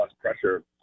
pressure